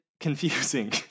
Confusing